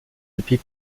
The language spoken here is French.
depuis